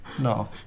no